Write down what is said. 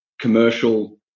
commercial